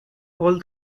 all